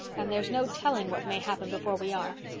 and there's no telling what may happen before we are.